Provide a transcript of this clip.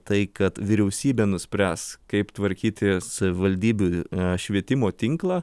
tai kad vyriausybė nuspręs kaip tvarkyti savivaldybių švietimo tinklą